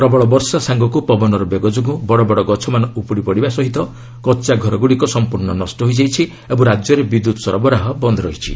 ପ୍ରବଳ ବର୍ଷା ସାଙ୍ଗକୁ ପବନର ବେଗ ଯୋଗୁଁ ବଡ଼ ବଡ଼ ଗଛମାନ ଉପୁଡ଼ି ପଡ଼ିବା ସହ କଚ୍ଚା ଘରଗୁଡ଼ିକ ସମ୍ପର୍ଶ୍ଣ ନଷ୍ଟ ହୋଇଯାଇଛି ଓ ରାଜ୍ୟରେ ବିଦ୍ୟୁତ୍ ସରବରାହ ବନ୍ଦ ରହିଛି